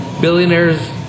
billionaires